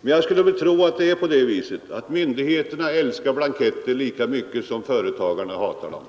Men jag skulle tro att det är på det viset att myndigheterna älskar blanketter lika mycket som företagarna hatar dem.